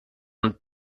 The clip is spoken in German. und